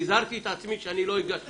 הזהרתי את עצמי שאני לא אגש לשם.